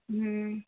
हूँ